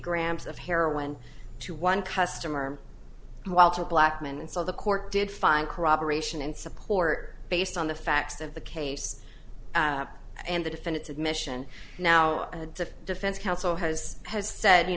grams of heroin to one customer while to blackman and so the court did find corroboration and support based on the facts of the case and the defendant's admission now the defense counsel has has said you